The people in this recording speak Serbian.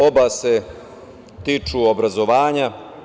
Oba se tiču obrazovanja.